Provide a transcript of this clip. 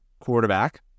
quarterback